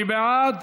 מי בעד?